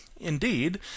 Indeed